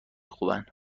خوبن